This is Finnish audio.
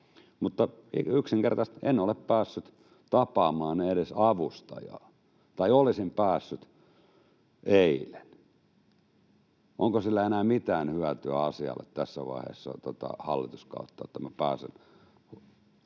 En yksinkertaisesti ole päässyt tapaamaan edes avustajaa — tai olisin päässyt eilen. Onko siitä enää mitään hyötyä asialle tässä vaiheessa hallituskautta, että minä pääsen